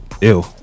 Ew